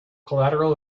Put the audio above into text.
collateral